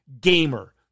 gamer